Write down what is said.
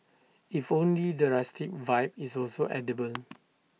if only the rustic vibe is also edible